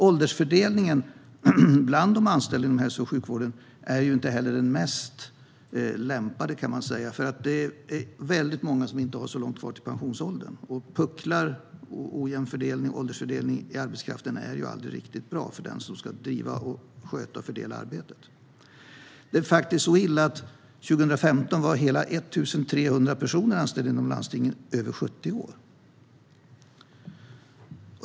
Åldersfördelningen bland de anställda inom hälso och sjukvården är inte heller den mest lämpliga - det är nämligen väldigt många som inte har så långt kvar till pensionsåldern, och pucklar och ojämn fördelning i arbetskraften är aldrig riktigt bra för den som ska driva, sköta och fördela arbetet. Det är faktiskt så illa att 2015 var hela 1 300 personer anställda inom landstingen över 70 år.